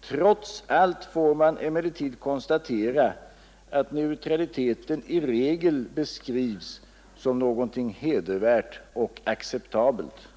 ”Trots allt får man emellertid konstatera att neutraliteten i regel beskrivs som någonting hedervärt och acceptabelt.